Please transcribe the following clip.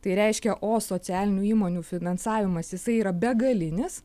tai reiškia o socialinių įmonių finansavimas jisai yra begalinis